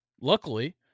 Luckily